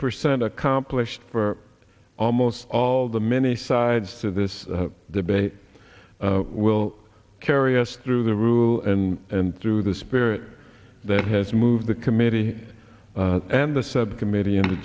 percent accomplished for almost all the many sides to this debate will carry us through the rule and through the spirit that has moved the committee and the subcommittee in the